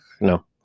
No